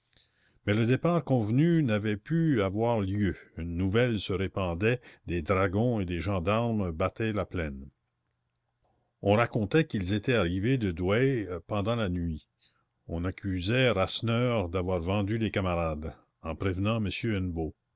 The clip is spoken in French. mais le départ convenu n'avait pu avoir lieu une nouvelle se répandait des dragons et des gendarmes battaient la plaine on racontait qu'ils étaient arrivés de douai pendant la nuit on accusait rasseneur d'avoir vendu les camarades en prévenant